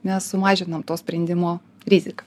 mes sumažinam to sprendimo riziką